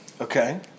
Okay